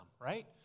right